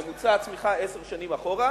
ממוצע הצמיחה עשר שנים אחורה,